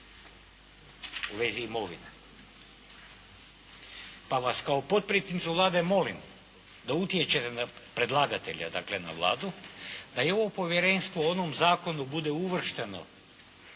u vezi imovine pa vas kao potpredsjednicu Vlade molim da utječete na predlagatelja, dakle na Vladu da i ovo povjerenstvo u onom zakonu bude uvršteno